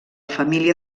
família